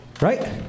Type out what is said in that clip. right